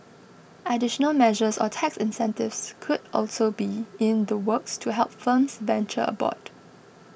additional measures or tax incentives could also be in the works to help firms venture aboard